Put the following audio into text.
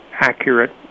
accurate